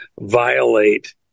violate